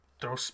throw